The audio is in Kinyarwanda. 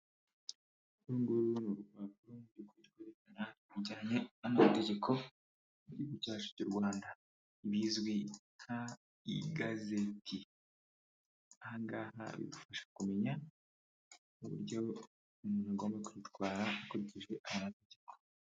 Uru nguru ni urupapuro mu byukuri rwerekana bijyanye n'amategeko, mu gihugu cyacu cy'u Rwanda. Ibizwi nk'igazeti. Aha ngaha bigufasha kumenya, uburyo umuntu agomba kwitwara hakurikijwe amategeko.